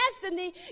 destiny